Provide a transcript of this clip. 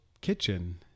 kitchen